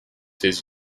his